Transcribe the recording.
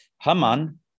Haman